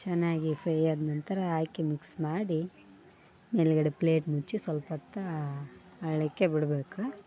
ಚೆನ್ನಾಗಿ ಫ್ರೈ ಆದ ನಂತರ ಹಾಕಿ ಮಿಕ್ಸ್ ಮಾಡಿ ಮೇಲ್ಗಡೆ ಪ್ಲೇಟ್ ಮುಚ್ಚಿ ಸ್ವಲ್ಪ್ ಹೊತ್ತು ಅಳ್ಳಿಕ್ಕೆ ಬಿಡಬೇಕು